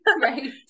Right